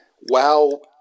WoW